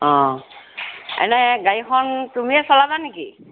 অ এনে গাড়ীখন তুমিয়ে চলাবা নেকি